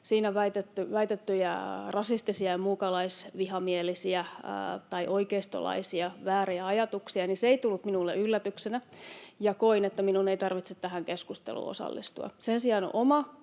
siinä väitettyjä rasistisia ja muukalaisvihamielisiä tai oikeistolaisia vääriä ajatuksia, ei tullut minulle yllätyksenä, ja koin, että minun ei tarvitse tähän keskusteluun osallistua. Sen sijaan oma